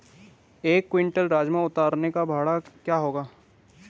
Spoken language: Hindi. एक क्विंटल राजमा उतारने का भाड़ा क्या होगा?